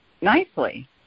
nicely